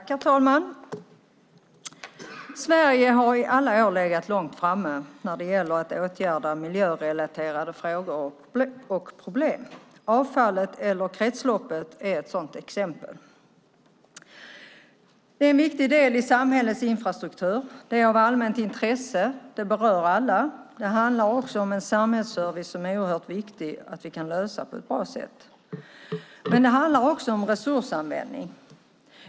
Herr talman! Sverige har i alla år legat långt framme när det gäller att åtgärda miljörelaterade frågor och problem. Avfallet eller kretsloppet är ett sådant exempel. Det är en viktig del i samhällets infrastruktur. Det är av allmänt intresse. Det berör alla. Det handlar också om en samhällsservice som det är oerhört viktigt att vi kan lösa på ett bra sätt. Det handlar också om resursanvändning.